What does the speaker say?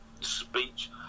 speech